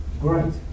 great